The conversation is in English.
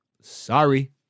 Sorry